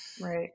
right